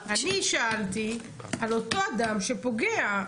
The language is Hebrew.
אני שאלתי על אותו אדם שפוגע,